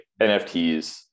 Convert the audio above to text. NFTs